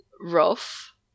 rough